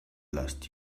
last